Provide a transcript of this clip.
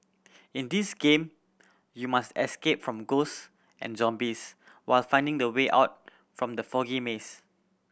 in this game you must escape from ghost and zombies while finding the way out from the foggy maze